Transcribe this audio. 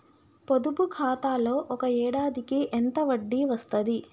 పొదుపు ఖాతాలో ఒక ఏడాదికి ఎంత వడ్డీ వస్తది?